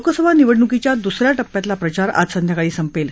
लोकसभा निवडणुकीच्या दुसऱ्या टप्प्यातल्या प्रचार आज संध्याकाळी संपेल